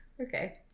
Okay